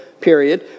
period